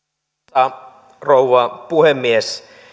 arvoisa rouva puhemies